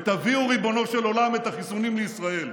ותביאו, ריבונו של עולם, את החיסונים לישראל.